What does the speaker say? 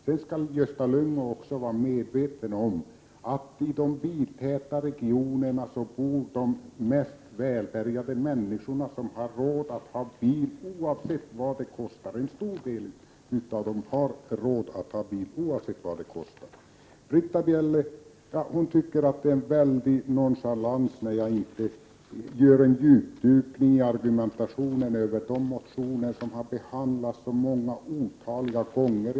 Men Gösta Lyngå skall också vara medveten om att i de biltäta regionerna bor de mest välbärgade människorna. En stor del har råd att ha bil oavsett vad det kostar. Britta Bjelle tycker att det är en väldig nonchalans när jag inte gör en djupdykning i argumentationen över de motioner som har behandlats otaliga gånger förut.